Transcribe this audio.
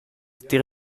tier